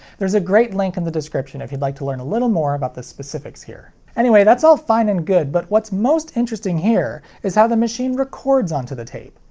there's a great link in the description if you'd like to learn a little more about the specifics here. anyway, that's all fine and good, but what's most interesting here is how the machine records onto the tape.